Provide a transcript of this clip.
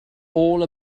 all